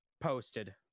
posted